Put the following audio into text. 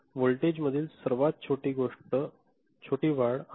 व्होल्टेजमधील ही सर्वात छोटी वाढ आहे